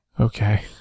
Okay